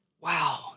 Wow